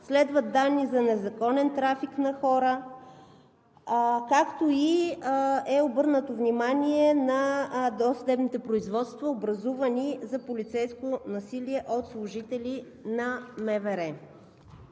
Следват данни за незаконен трафик на хора, както и е обърнато внимание на досъдебните производства, образувани за полицейско насилие от служители на МВР.